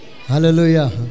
Hallelujah